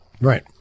Right